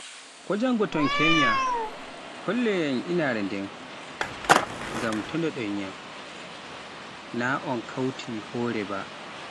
Ko janngo tom kenya, kolleyan inaare nden, to ndaɗon yam, naa on kauti hore ba.